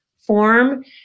form